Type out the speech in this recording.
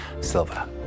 Silva